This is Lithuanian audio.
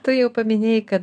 tu jau paminėjai kad